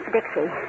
Dixie